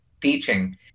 teaching